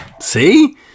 See